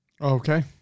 Okay